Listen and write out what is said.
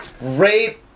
Rape